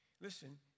Listen